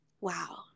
wow